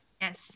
yes